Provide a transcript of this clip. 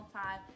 time